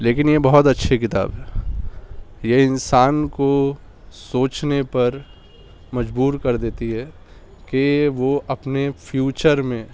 لیکن یہ بہت اچھی کتاب ہے یہ انسان کو سوچنے پر مجبور کر دیتی ہے کہ وہ اپنے فیوچر میں